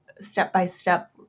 step-by-step